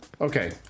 okay